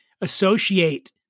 associate